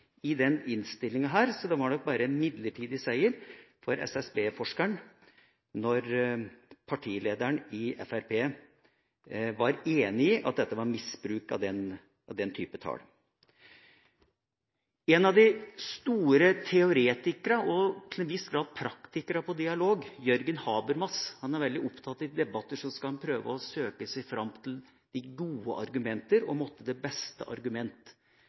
og den samme argumentasjonen, i denne innstillinga, så det var nok bare en midlertidig seier for SSB-forskeren da partilederen i Fremskrittspartiet var enig i at dette var misbruk av den typen tall. En av de store teoretikerne og til en viss grad praktikerne på dialog, Jürgen Habermas, er veldig opptatt av at en i debatter skal prøve å søke seg fram til de gode argumenter, og måtte det beste argument